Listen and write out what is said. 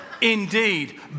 Indeed